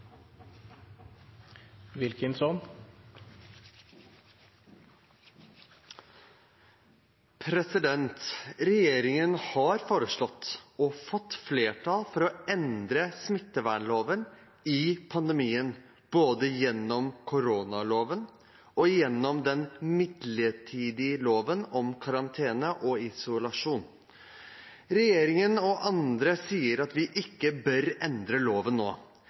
Regjeringen har foreslått og fått flertall for å endre smittevernloven i pandemien både gjennom koronaloven og gjennom den midlertidige loven om karantene og isolasjon. Regjeringen og andre sier at vi ikke bør endre loven nå.